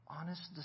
honest